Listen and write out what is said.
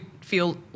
feel